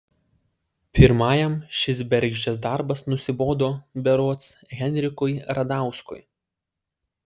pirmajam šis bergždžias darbas nusibodo berods henrikui radauskui